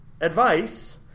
advice